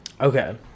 Okay